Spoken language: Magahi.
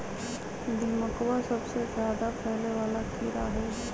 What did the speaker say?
दीमकवा सबसे ज्यादा फैले वाला कीड़ा हई